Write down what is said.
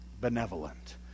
benevolent